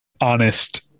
honest